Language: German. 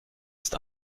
ist